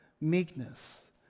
meekness